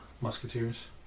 Musketeers